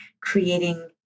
creating